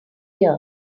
year